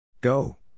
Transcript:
Go